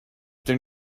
their